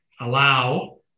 allow